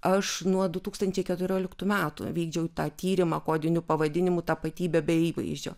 aš nuo du tūkstančiai keturioliktų metų vykdžiau tą tyrimą kodiniu pavadinimu tapatybė be įvaizdžio